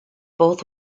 both